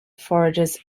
forages